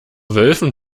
wölfen